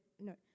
No